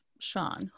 Sean